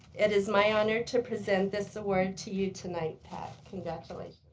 it is my honor to present this award to you tonight, pat. congratulations.